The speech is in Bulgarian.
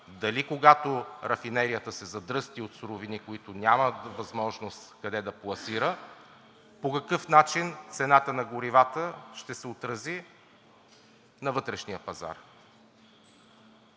дали, когато рафинерията се задръсти от суровини, които няма възможност къде да пласира, по какъв начин цената на горивата ще се отрази на вътрешния пазар?!